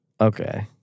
Okay